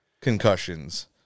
concussions